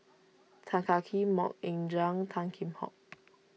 Tan Kah Kee Mok Ying JangnTan Kheam Hock